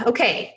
Okay